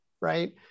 right